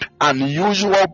Unusual